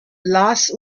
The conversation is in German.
las